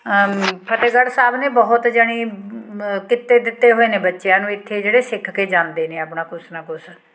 ਫਤਿਹਗੜ੍ਹ ਸਾਹਿਬ ਨੇ ਬਹੁਤ ਜਾਣੀ ਕਿੱਤੇ ਦਿੱਤੇ ਹੋਏ ਨੇ ਬੱਚਿਆਂ ਨੂੰ ਇੱਥੇ ਜਿਹੜੇ ਸਿੱਖ ਕੇ ਜਾਂਦੇ ਨੇ ਆਪਣਾ ਕੁਛ ਨਾ ਕੁਛ